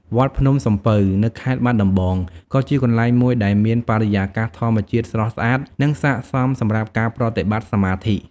វត្តភ្នំសំពៅ នៅខេត្តបាត់ដំបងក៏ជាកន្លែងមួយដែលមានបរិយាកាសធម្មជាតិស្រស់ស្អាតនិងស័ក្តិសមសម្រាប់ការប្រតិបត្តិសមាធិ។